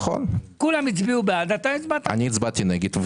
כולם הצביעו בעד ואתה הצבעת נגד.